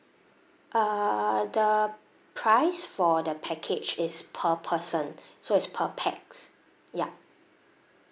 err the price for the package is per person so is per pax ya